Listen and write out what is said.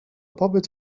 pobyt